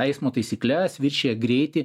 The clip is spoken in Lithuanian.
eismo taisykles viršija greitį